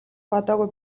бодоогүй